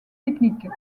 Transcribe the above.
techniques